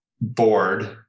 board